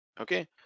okay